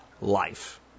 life